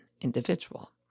individual